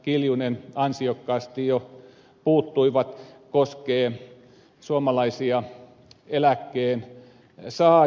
kiljunen ansiokkaasti jo puuttuivat koskee suomalaisia eläkkeensaajia